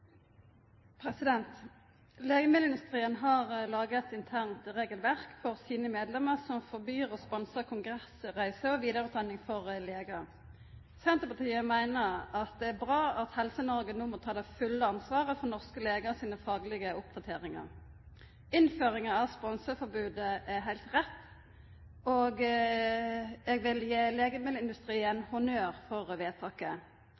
Legemiddelindustrien har laga eit internt regelverk for sine medlemmer som forbyr å sponsa kongressreiser og vidareutdanning for legar. Senterpartiet meiner at det er bra at Helse-Noreg no må ta det fulle ansvaret for norske legar sine faglege oppdateringar. Innføringa av sponseforbodet er heilt rett, og eg vil gi legemiddelindustrien honnør for vedtaket.